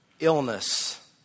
Illness